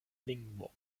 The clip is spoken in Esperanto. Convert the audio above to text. lingvo